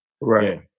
Right